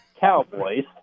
Cowboys